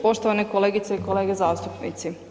Poštovane kolegice i kolege zastupnici.